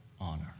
honor